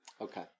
Okay